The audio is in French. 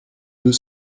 deux